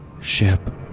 Ship